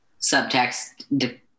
subtext